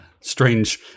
strange